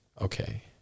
okay